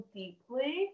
deeply